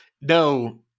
no